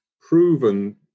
proven